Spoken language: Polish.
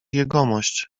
jegomość